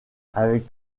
avec